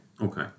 okay